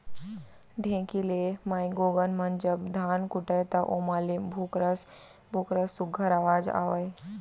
ढेंकी ले माईगोगन मन जब धान कूटय त ओमा ले भुकरस भुकरस सुग्घर अवाज आवय